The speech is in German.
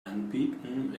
anbieten